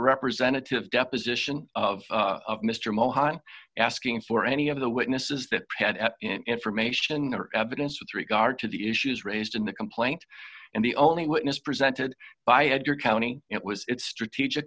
representative deposition of mr mohan asking for any of the witnesses that had information or evidence with regard to the issues raised in the complaint and the only witness presented by ed your county it was a strategic